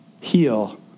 heal